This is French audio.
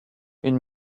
une